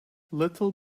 little